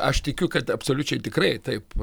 aš tikiu kad absoliučiai tikrai taip